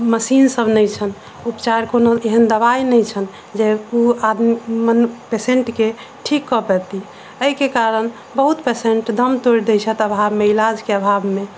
machine सभ नहि छनि उपचार कोनो एहन दवाइ नहि छनि जे ओ आदमी मने पेशेन्टके ठीक कऽ पैति एहिके कारण बहुत पेशेन्ट दम तोड़ि दै छथि अभावमे इलाजके अभावमे